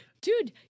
dude